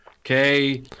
Okay